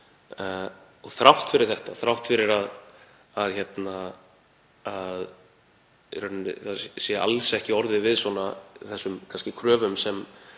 Þrátt fyrir þetta, þrátt fyrir að í raun sé alls ekki orðið við þessum kröfum sem